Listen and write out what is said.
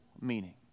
meaning